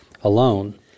alone